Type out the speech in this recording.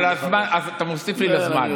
אבל אז אתה מוסיף לי לזמן.